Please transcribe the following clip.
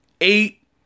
eight